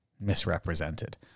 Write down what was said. misrepresented